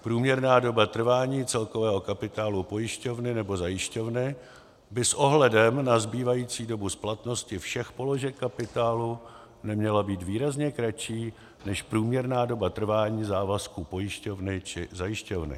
Průměrná doba trvání celkového kapitálu pojišťovny nebo zajišťovny by s ohledem na zbývající dobu splatnosti všech položek kapitálu neměla být výrazně kratší než průměrná doba trvání závazku pojišťovny či zajišťovny.